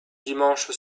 dimanche